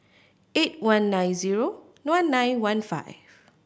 eight one nine zero one nine one five